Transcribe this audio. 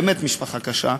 באמת משפחה קשה.